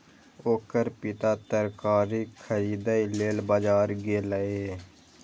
ओकर पिता तरकारी खरीदै लेल बाजार गेलैए